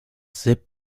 zip